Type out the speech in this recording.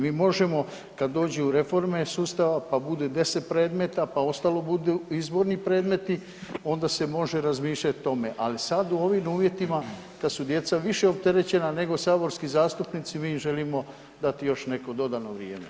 Mi možemo kad dođu reforme sustava, pa bude 10 predmeta, pa ostalo budu izborni predmeti onda se može razmišljat o tome, ali sad u ovim uvjetima kad su djeca više opterećena nego saborski zastupnici, mi im želimo dati još neko dodano vrijeme.